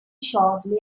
shortly